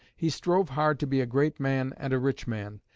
he strove hard to be a great man and a rich man.